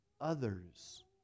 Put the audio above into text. others